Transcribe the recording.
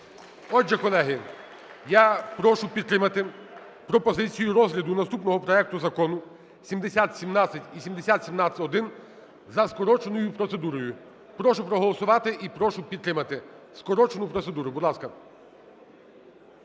Отже, колеги, я прошу підтримати пропозицію розгляду наступного проекту Закону 7017 і 7017-1 за скороченою процедурою. Прошу проголосувати і прошу підтримати скорочену процедуру, будь ласка.